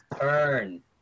turn